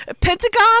Pentagon